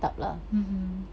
mm mm